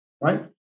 right